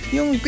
Yung